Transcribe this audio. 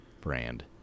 brand